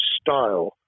style